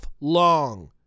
long